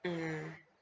mm